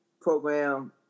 program